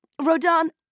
Rodan